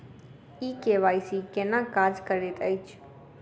ई KYC केना काज करैत अछि?